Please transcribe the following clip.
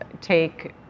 take